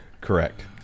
Correct